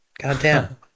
goddamn